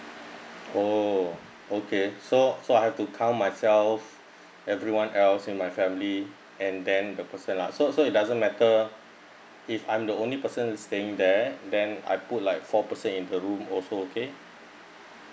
oh okay so so I've to count myself everyone else in my family and then the person lah so so it doesn't matter if I'm the only person staying there then I put like four person in the room also okay